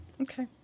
Okay